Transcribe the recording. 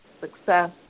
success